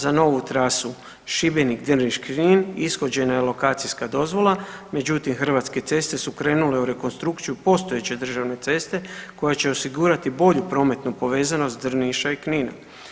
Za novu trasu Šibenik-Drniš-Knin ishođena je alokacijska dozvola međutim Hrvatske ceste su krenule u rekonstrukciju postojeće državne ceste koja će osigurati bolju prometnu povezanost Drniša i Knina.